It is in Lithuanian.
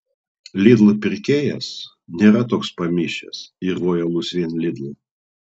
lidl pirkėjas nėra toks pamišęs ir lojalus vien lidl